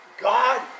God